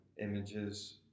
images